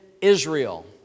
Israel